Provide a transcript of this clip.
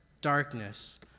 Darkness